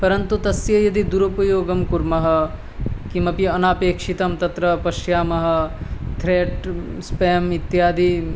परन्तु तस्य यदि दुरुपयोगं कुर्मः किमपि अनपेक्षितं तत्र पश्यामः थ्रेट् स्प्याम् इत्यादि